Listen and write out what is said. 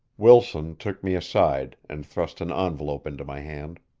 wilson took me aside, and thrust an envelope into my hand.